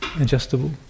adjustable